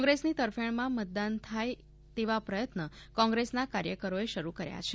કોંગ્રેસની તરફેણમાં મતદાન થાય તેવા પ્રથન્ત કોંગ્રેસના કાર્યકરોએ શરૂ કર્યા છે